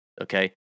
okay